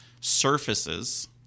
surfaces